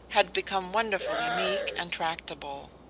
had become wonderfully meek and tractable.